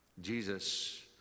jesus